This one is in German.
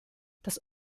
das